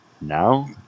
now